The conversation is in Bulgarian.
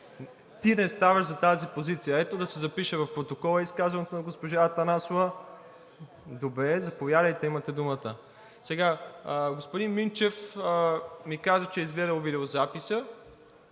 „Ти не ставаш за тази позиция“ – ето, да се запише в протокола изказването на госпожа Атанасова. Добре, заповядайте, имате думата. Сега господин Минчев ми каза, че е изгледал видеозаписа